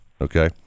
Okay